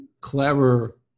clever